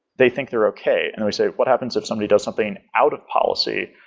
they think they're okay. and we say, what happens if somebody does something out of policy?